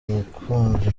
umukunzi